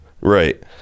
Right